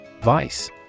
Vice